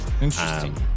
Interesting